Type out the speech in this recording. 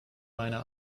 meine